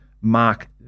mark